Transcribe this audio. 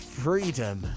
freedom